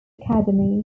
academy